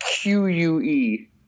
Q-U-E